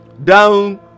Down